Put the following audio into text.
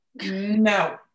No